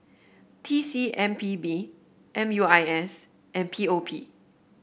T C M P B M U I S and P O P